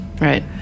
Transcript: Right